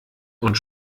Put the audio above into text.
und